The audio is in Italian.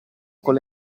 con